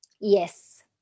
Yes